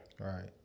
Right